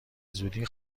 زودی